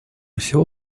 всего